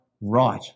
right